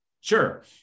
Sure